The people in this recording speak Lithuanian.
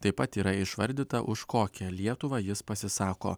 taip pat yra išvardyta už kokią lietuvą jis pasisako